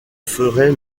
ferait